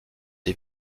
des